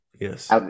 Yes